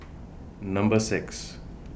Number six